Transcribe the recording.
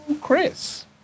Chris